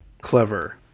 clever